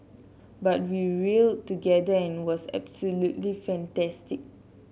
but we rallied together and it was absolutely fantastic